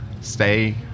stay